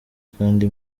kandi